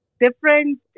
different